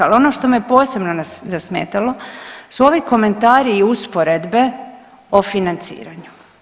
Ali ono što me posebno zasmetalo su ovi komentari i usporedbe o financiranju.